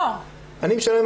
אני משלם,